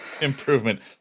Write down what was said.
Improvement